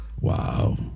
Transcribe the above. Wow